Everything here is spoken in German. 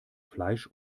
fleisch